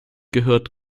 gehört